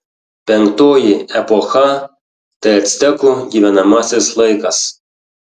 penktoji epocha tai actekų gyvenamasis laikas